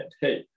hey